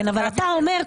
אתה אומר,